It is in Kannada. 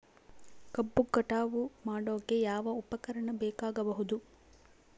ಕಬ್ಬು ಕಟಾವು ಮಾಡೋಕೆ ಯಾವ ಉಪಕರಣ ಬೇಕಾಗಬಹುದು?